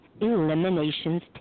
eliminations